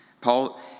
Paul